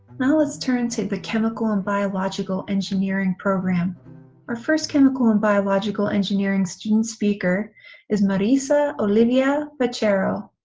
know let's turn to the chemical and biological engineering program our first chemical and biological engineering student speaker is marisa olivia pachero.